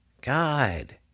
God